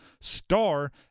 star